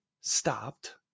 stopped